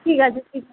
ঠিক আছে ঠিক